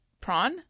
Prawn